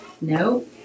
no